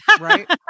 Right